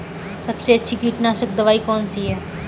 सबसे अच्छी कीटनाशक दवाई कौन सी है?